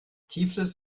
tiflis